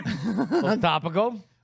Topical